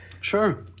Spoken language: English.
Sure